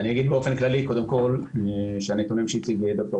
אגיד באופן כללי קודם כול שהנתונים שהציג ד"ר